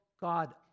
God